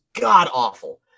god-awful